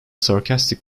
sarcastic